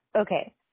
Okay